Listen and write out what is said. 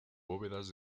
bóvedas